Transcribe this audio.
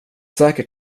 säkert